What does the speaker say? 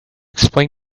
explain